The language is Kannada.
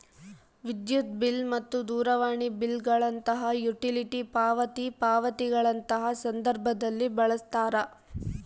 ವಿದ್ಯುತ್ ಬಿಲ್ ಮತ್ತು ದೂರವಾಣಿ ಬಿಲ್ ಗಳಂತಹ ಯುಟಿಲಿಟಿ ಪಾವತಿ ಪಾವತಿಗಳಂತಹ ಸಂದರ್ಭದಲ್ಲಿ ಬಳಸ್ತಾರ